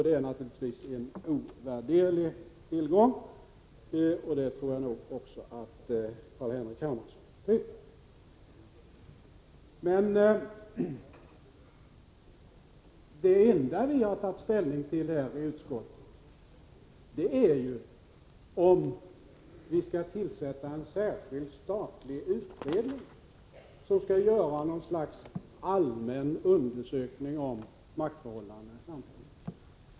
Det är naturligtvis en ovärderlig tillgång — det tror jag nog också Carl-Henrik Hermansson tycker. Det enda vi i utskottet har tagit ställning till är om det skall tillsättas en särskild statlig utredning som skall göra något slags allmän undersökning av maktförhållandena i samhället.